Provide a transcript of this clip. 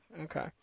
Okay